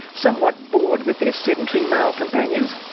somewhat bored with their sedentary male companions.